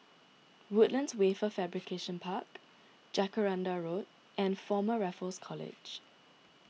Woodlands Wafer Fabrication Park Jacaranda Road and Former Raffles College